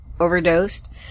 overdosed